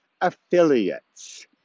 affiliates